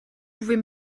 pouvez